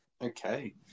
Okay